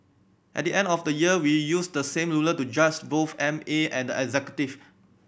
at the end of the year we use the same ruler to judge both M A and the executive